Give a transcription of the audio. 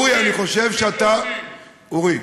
אורי, אני חושב שאתה, לוקחים, אורי,